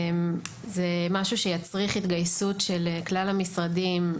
זה משהו שיצריך התגייסות של כלל המשרדים,